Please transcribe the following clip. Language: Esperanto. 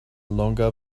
longa